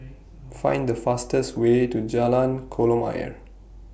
Find The fastest Way to Jalan Kolam Ayer